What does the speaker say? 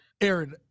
aaron